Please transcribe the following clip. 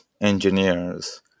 engineers